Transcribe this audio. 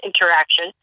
interaction